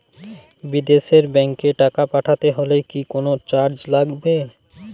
বিদেশের ব্যাংক এ টাকা পাঠাতে হলে কি কোনো চার্জ লাগবে?